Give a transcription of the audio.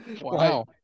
Wow